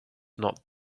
not